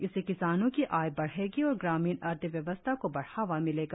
इससे किसानों की आय बढेगी और ग्रामीण अर्थव्यवस्था को बढावा मिलेगा